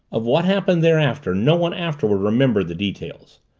of what happened thereafter no one afterward remembered the details.